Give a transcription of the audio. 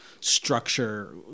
structure